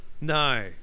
No